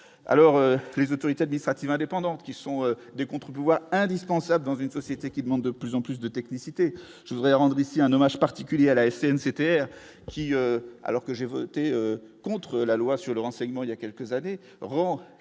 alors les autorités administratives indépendantes qui sont des contre-pouvoir indispensable dans une société qui demandent de plus en plus de technicité je voudrais rendre ici un hommage particulier à l'c'était qui alors que j'ai voté contre la loi sur le renseignement, il y a quelques années rend